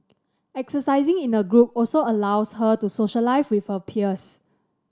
exercising in a group also allows her to socialise with her peers